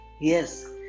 yes